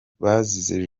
bazize